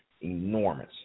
enormous